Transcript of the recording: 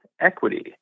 equity